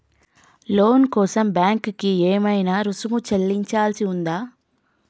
లోను కోసం బ్యాంక్ కి ఏమైనా రుసుము చెల్లించాల్సి ఉందా?